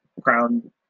crown